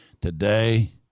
Today